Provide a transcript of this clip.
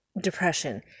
depression